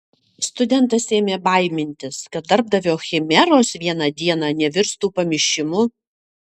studentas ėmė baimintis kad darbdavio chimeros vieną dieną nevirstų pamišimu